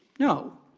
no.